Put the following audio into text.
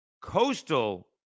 Coastal